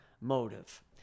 motive